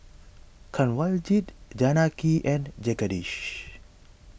Kanwaljit Janaki and Jagadish